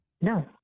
No